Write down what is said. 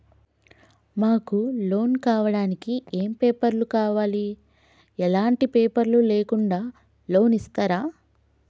మాకు లోన్ కావడానికి ఏమేం పేపర్లు కావాలి ఎలాంటి పేపర్లు లేకుండా లోన్ ఇస్తరా?